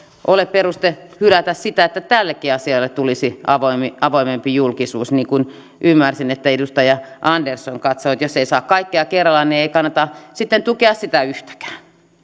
ole peruste hylätä sitä että tällekin asialle tulisi avoimempi julkisuus niin kuin ymmärsin että edustaja andersson katsoi että jos ei saa kaikkea kerralla niin ei kannata sitten tukea sitä yhtäkään